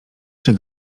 czy